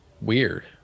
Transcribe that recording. weird